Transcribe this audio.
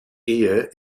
ehe